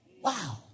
Wow